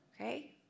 Okay